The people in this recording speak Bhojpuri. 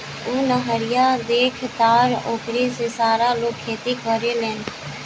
उ नहरिया देखऽ तारऽ ओकरे से सारा लोग खेती करेलेन